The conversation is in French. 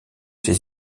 ses